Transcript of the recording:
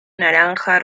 naranja